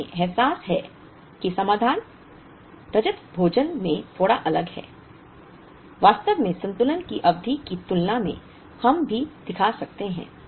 तो हमें एहसास है कि समाधान रजत भोजन में थोड़ा अलग है वास्तव में संतुलन की अवधि की तुलना में हम भी दिखा सकते हैं